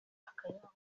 akayabo